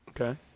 Okay